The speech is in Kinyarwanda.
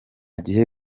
gihe